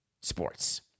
sports